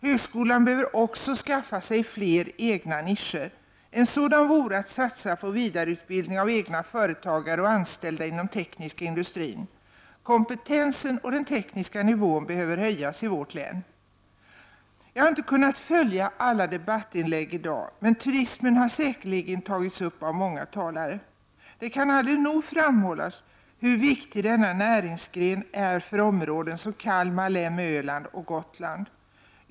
Högskolan behöver också skaffa sig fler egna nischer. En sådan vore att satsa på vidareutbildning av egna företagare och anställda inom den tekniska industrin. Kompetensen och den tekniska nivån behöver höjas i vårt län. Jag har inte kunnat följa alla debattinlägg i dag, men turismen har säkerligen tagits upp av många talare. Det kan aldrig nog framhållas hur viktig denna näringsgren är för områden som Kalmar län med Öland och Gotland.